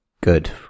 Good